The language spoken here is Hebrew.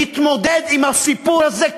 להתמודד עם הסיפור הזה,